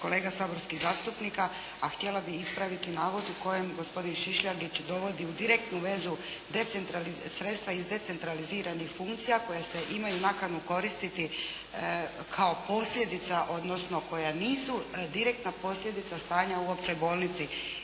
kolega saborskih zastupnika, a htjela bih ispraviti navod u kojem gospodin Šišljagić dovodi u direktnu vezu sredstva iz decentraliziranih funkcija koja se imaju nakanu koristiti kao posljedica, odnosno koja nisu direktna posljedica stanja u općoj bolnici.